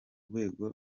rwego